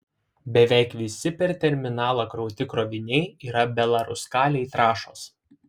beveik visi per terminalą krauti kroviniai yra belaruskalij trąšos